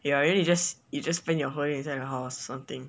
ya maybe you just you just paint your hallways inside your house or something